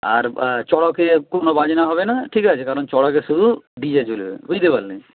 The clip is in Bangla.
আর চড়কে কোনো বাজনা হবে না ঠিক আছে কারণ চড়কে শুধু ডি জে চলবে বুঝতে পারলে